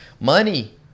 Money